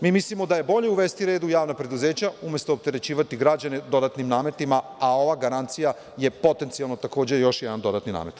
Mi mislimo da je bolje uvesti red u javna preduzeća umesto opterećivati građane dodatnim nametima, a ova garancija je potencijalno takođe još jedan dodatni namet.